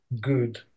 good